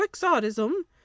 quixotism